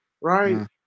right